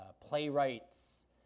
playwrights